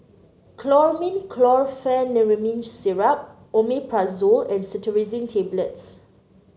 Chlormine Chlorpheniramine Syrup Omeprazole and Cetirizine Tablets